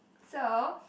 so